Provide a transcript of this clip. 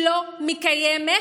שלא מקיימת